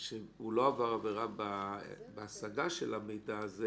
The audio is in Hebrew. הוא לא עבר עבירה בהשגה של המידע הזה